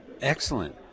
Excellent